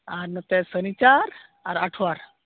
ᱟᱨ ᱱᱚᱛᱮ ᱥᱚᱱᱤᱪᱟᱨ ᱟᱨ ᱟᱴᱷᱚᱣᱟᱨ